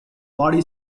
body